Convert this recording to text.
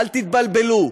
אל תתבלבלו.